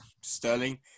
Sterling